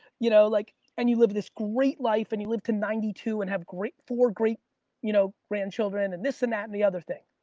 you know like and you live this great life and he lived to ninety two and have four great you know grandchildren and this and that and the other thing.